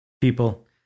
people